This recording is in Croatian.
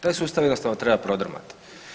Taj sustav jednostavno treba prodrmati.